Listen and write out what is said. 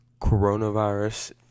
coronavirus